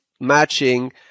matching